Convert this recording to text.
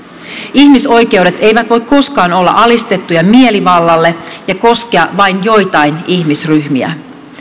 ihmisoikeudet eivät voi koskaan olla alistettuja mielivallalle ja koskea vain joitain ihmisryhmiä